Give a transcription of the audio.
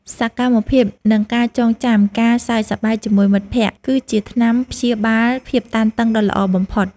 សកម្មភាព និងការចងចាំការសើចសប្បាយជាមួយមិត្តភក្តិគឺជាថ្នាំព្យាបាលភាពតានតឹងដ៏ល្អបំផុត។